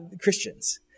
Christians